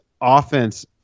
offense